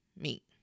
meat